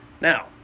Now